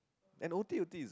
and o_t_o_t